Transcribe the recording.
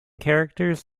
characters